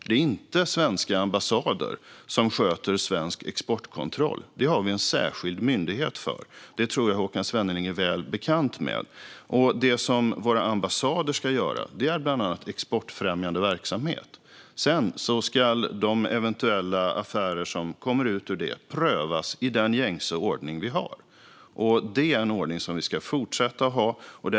Det är inte svenska ambassader som sköter svensk exportkontroll, utan det har vi en särskild myndighet för. Detta tror jag att Håkan Svenneling är väl bekant med. Det som våra ambassader ska ägna sig åt är bland annat exportfrämjande verksamhet. Sedan ska de eventuella affärer som kommer ut ur detta prövas i den gängse ordning vi har. Detta är en ordning som vi ska fortsätta att ha.